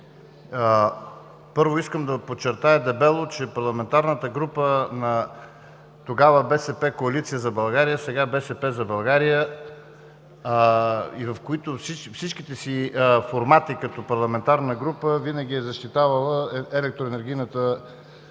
дебело искам да подчертая, че парламентарната група на тогава „БСП Коалиция за България“, сега „БСП за България“, и във всичките си формати като парламентарна група, винаги е защитавала електроенергийната